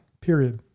period